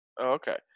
okay